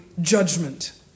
judgment